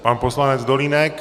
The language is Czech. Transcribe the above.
Pan poslanec Dolínek.